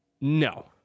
no